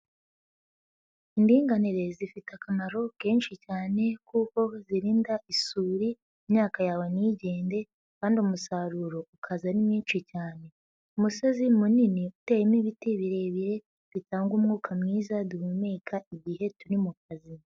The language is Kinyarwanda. Indinganire zifite akamaro kenshi cyane kuko zirinda isuri imyaka yawe ntigende kandi umusaruro ukaza ari mwinshi cyane, umusozi munini uteyemo ibiti birebire bitanga umwuka mwiza duhumeka igihe turi mu kazi.